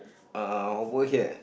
uh over here